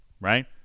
Right